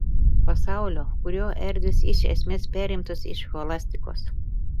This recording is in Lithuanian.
pasaulio kurio erdvės iš esmės perimtos iš scholastikos